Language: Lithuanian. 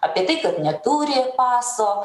apie tai kad neturi paso